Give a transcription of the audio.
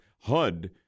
HUD